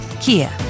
Kia